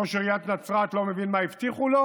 ראש עיריית נצרת לא מבין מה הבטיחו לו?